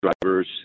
drivers